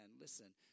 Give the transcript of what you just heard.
listen